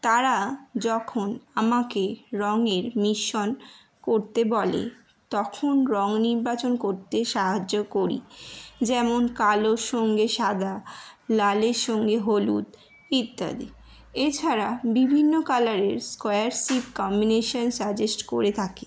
তারা যখন আমাকে রঙের মিশ্রণ করতে বলে তখন রং নির্বাচন করতে সাহায্য করি যেমন কালোর সঙ্গে সাদা লালের সঙ্গে হলুদ ইত্যাদি এছাড়া বিভিন্ন কালারের স্কোয়ার শেপ কম্বিনেশন সাজেস্ট করে থাকি